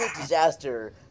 disaster